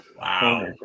Wow